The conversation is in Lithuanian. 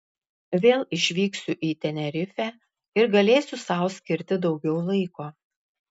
vėl išvyksiu į tenerifę ir galėsiu sau skirti daugiau laiko